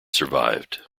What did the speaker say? survived